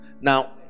Now